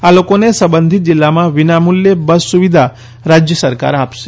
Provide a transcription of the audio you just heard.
આ લોકોને સંબંધીત જિલ્લામાં વિનામૂલ્યે બસ સુવિધા રાજ્ય સરકાર આપશે